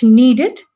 needed